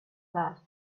that